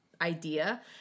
idea